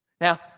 Now